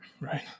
right